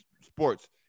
sports